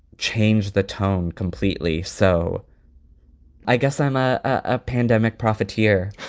change the tone completely. so i guess i'm a ah pandemic profiteer.